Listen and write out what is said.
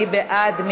מי בעד?